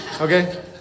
Okay